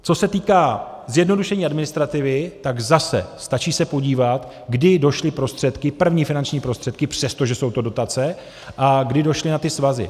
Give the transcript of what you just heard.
Co se týká zjednodušení administrativy, tak zase se stačí podívat, kdy došly prostředky, první finanční prostředky, přestože jsou to dotace, a kdy došly na ty svazy.